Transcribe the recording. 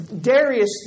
Darius